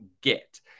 Get